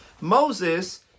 Moses